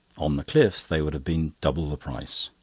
on the cliffs they would have been double the price.